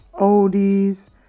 oldies